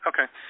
Okay